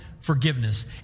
forgiveness